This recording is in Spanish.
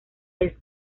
high